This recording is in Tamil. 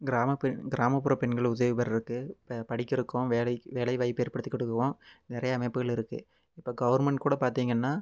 கிராமப் பெண் கிராமப்புற பெண்கள் உதவி பெறுறதுக்கு இப்போ படிக்கறதுக்கும் வேலை வேலை வாய்ப்பை ஏற்படுத்தி கொடுக்குறதுக்கும் நிறையா அமைப்புகள் இருக்கு இப்போ கவர்மெண்ட் கூட பார்த்திங்கன்னா